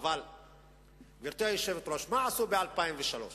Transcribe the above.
גברתי היושבת-ראש, מה עשו ב-2003?